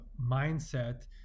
mindset